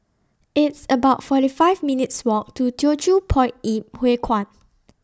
It's about forty five minutes' Walk to Teochew Poit Ip Huay Kuan